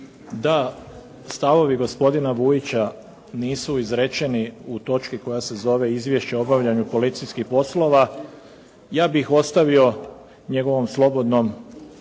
Da stavovi gospodina Vujića nisu izrečeni u točki koja se zove: Izvješće o obavljanju policijskih poslova ja bih ostavio njegovom slobodnom